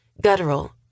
guttural